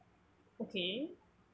okay